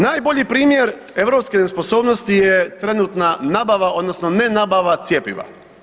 Najbolji primjer europske nesposobnosti je trenutna nabava odnosno ne nabava cjepiva.